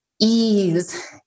ease